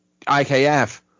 IKF